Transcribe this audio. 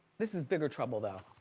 this is bigger trouble though.